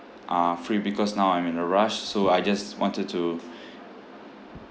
uh free because now I'm in a rush so I just wanted to